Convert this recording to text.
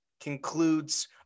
concludes